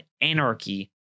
anarchy